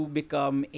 become